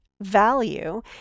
value